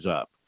up